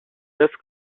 neuf